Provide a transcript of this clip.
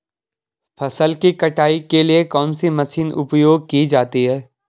फसल की कटाई के लिए कौन सी मशीन उपयोग की जाती है?